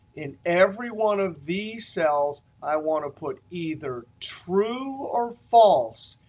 in every one of the cells i want to put either true or false.